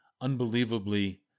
unbelievably